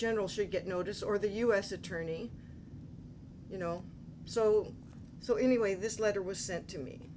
general should get notice or the u s attorney you know so so anyway this letter was sent to me